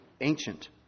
ancient